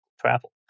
travel